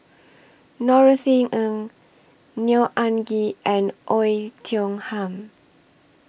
Norothy Ng Neo Anngee and Oei Tiong Ham